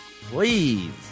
please